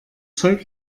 zeug